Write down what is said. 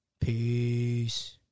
peace